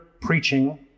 preaching